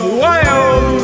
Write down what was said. wild